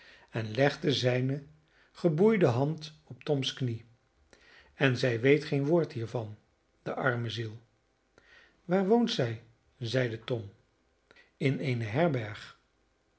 en legde zijne geboeide hand op toms knie en zij weet geen woord hiervan de arme ziel waar woont zij zeide tom in eene herberg